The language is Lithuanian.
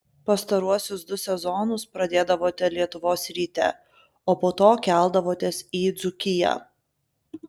pastaruosius du sezonus pradėdavote lietuvos ryte o po to keldavotės į dzūkiją